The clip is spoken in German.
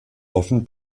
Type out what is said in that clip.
offen